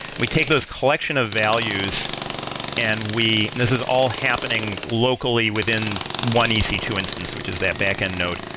we take those collection of values and we this is all happening locally within one e c two instance, which is that backend node.